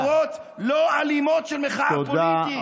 בצורות לא אלימות של מחאה פוליטית.